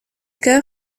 chœur